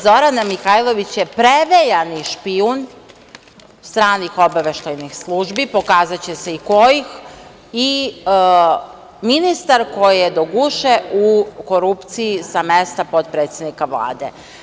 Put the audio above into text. Zorana Mihajlović je prevejani špijun stranih obaveštajnih službi, pokazaće se i kojih, i ministar koji je do guše u korupciji sa mesta potpredsednika Vlade.